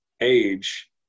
age